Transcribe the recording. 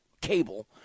cable